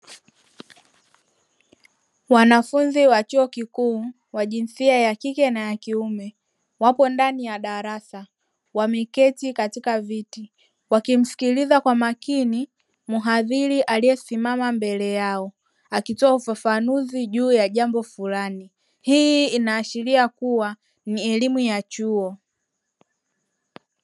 Wanafunzi wa chuo kikuu wajinsia ya kike na ya kiume wapo ndani ya darasa wameketi katika viti wakimsikiliza kwa makini mhadhiri aliye simama mbele yao, akitoa ufafanuzi juu ya jambo fulani hii inaashiria kuwa ni elimu ya chuo.